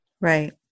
Right